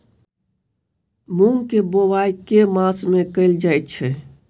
मूँग केँ बोवाई केँ मास मे कैल जाएँ छैय?